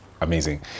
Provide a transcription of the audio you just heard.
amazing